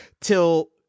till